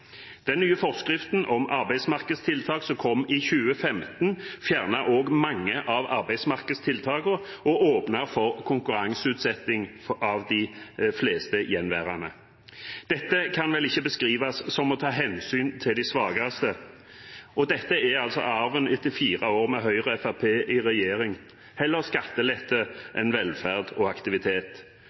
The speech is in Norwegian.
Den nye forskriften om arbeidsmarkedstiltak som kom i 2015, fjernet også mange av arbeidsmarkedstiltakene og åpnet for konkurranseutsetting av de fleste gjenværende. Dette kan vel ikke beskrives som å ta hensyn til de svakeste. Dette er altså arven etter fire år med Høyre og Fremskrittspartiet i regjering – heller skattelette enn velferd og aktivitet.